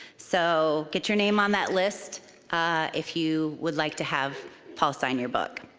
so, get your name on that list if you would like to have paul sign your book.